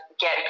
get